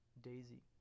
Daisy